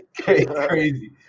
crazy